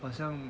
好像